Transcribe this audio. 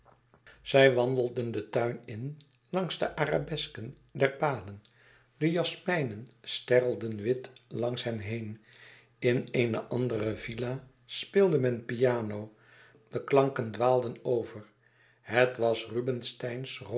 zij wandelden den tuin in langs de arabesken der paden de jasmijnen sterrelden wit langs hen heen in een andere villa speelde men piano de klanken dwaalden over het was